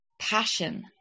passion